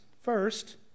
First